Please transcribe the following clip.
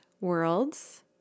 Worlds